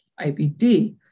IBD